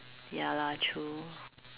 ya lah true